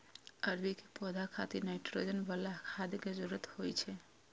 अरबी के पौधा खातिर नाइट्रोजन बला खाद के जरूरत होइ छै